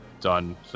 done